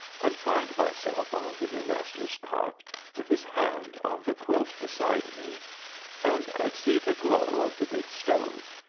and find myself on the new master's cot with his hand on the quilt beside me and i'd see the glow of the big stove,